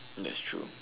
that's true